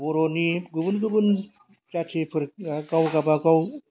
बर'नि गुबुन गुबुन जाथिफोरा गाव गावबागाव